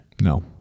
No